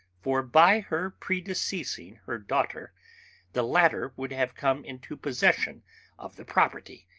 for by her predeceasing her daughter the latter would have come into possession of the property,